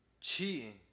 cheating